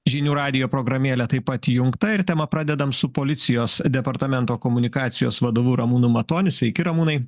žinių radijo programėle taip pat įjungta ir temą pradedam su policijos departamento komunikacijos vadovu ramūnu matoniu sveiki ramūnai